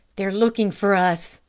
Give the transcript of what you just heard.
they're looking for us,